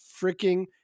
freaking